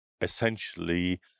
essentially